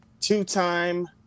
two-time